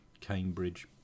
Cambridge